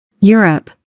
Europe